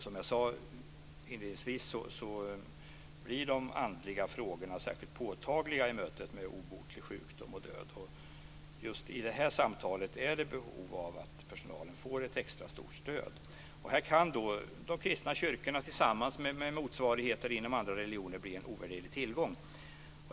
Som jag sade inledningsvis blir de andliga frågorna särskilt påtagliga i mötet med obotlig sjukdom och död, och just i det här samtalet finns det behov av att personalen får extra stort stöd. Här kan de kristna kyrkorna tillsammans med sina motsvarigheter inom andra religioner bli en ovärderlig tillgång.